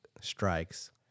strikes